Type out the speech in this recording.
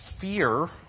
fear